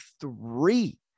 three